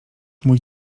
mój